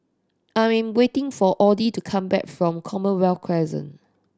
I'm waiting for Audie to come back from Commonwealth Crescent